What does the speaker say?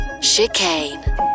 Chicane